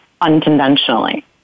unconventionally